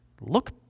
look